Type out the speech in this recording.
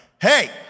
hey